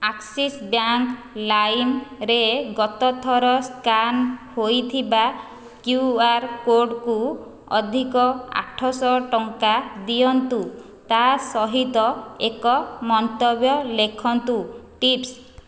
Axis bank ଲାଇମ୍ରେ ଗତଥର scan ହୋଇଥିବା କ୍ୟୁ ଆର୍ କୋଡ଼୍କୁ ଅଧିକ ଆଠଶହ ଟଙ୍କା ଦିଅନ୍ତୁ ତା'ସହିତ ଏକ ମନ୍ତବ୍ୟ ଲେଖନ୍ତୁ ଟିପ୍ସ